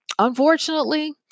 Unfortunately